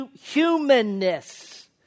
humanness